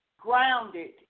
grounded